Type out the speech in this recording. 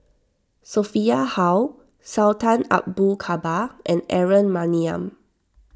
Sophia Hull Sultan Abu Bakar and Aaron Maniam